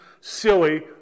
silly